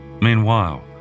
Meanwhile